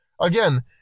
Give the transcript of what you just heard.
Again